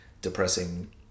depressing